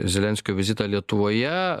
zelenskio vizitą lietuvoje